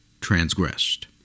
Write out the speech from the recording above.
transgressed